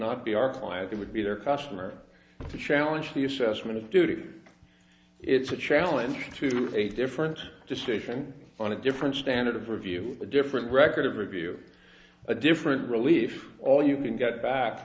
not be our client it would be their customer to challenge the assessment of duty it's a challenge to a different decision on a different standard of review a different record of review a different relief all you can get back